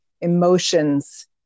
emotions